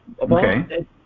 Okay